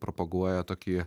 propaguoja tokį